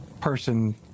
person